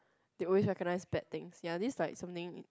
they always recognize bad things ya this like something